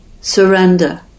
Surrender